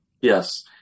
Yes